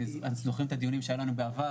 אתם זוכרים את הדיונים שהיו לנו בעבר,